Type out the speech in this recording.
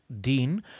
Dean